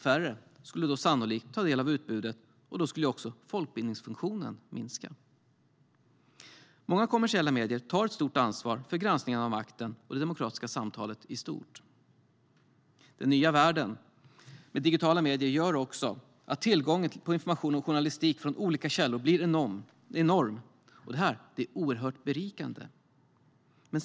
Färre skulle sannolikt ta del av utbudet, och då skulle också folkbildningsfunktionen minska. Många kommersiella medier tar ett stort ansvar för granskningen av makten och det demokratiska samtalet i stort. Den nya världen med digitala medier gör också att tillgången på information och journalistik från olika källor blir enorm. Det här är oerhört berikande.